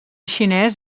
xinès